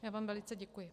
Já vám velice děkuji.